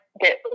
get